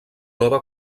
nova